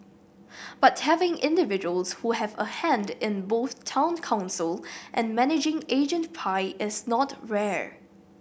but having individuals who have a hand in both Town Council and managing agent pie is not rare